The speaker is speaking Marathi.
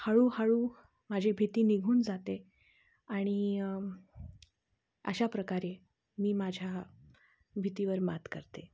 हळूहळू माझी भीती निघून जाते आणि अशा प्रकारे मी माझ्या भीतीवर मात करते